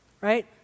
Right